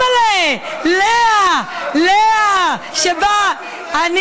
אימא'לה, לאה, לאה באה.